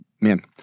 Man